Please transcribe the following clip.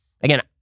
again